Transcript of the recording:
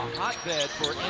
hotbed for